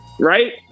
right